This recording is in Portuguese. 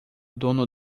dono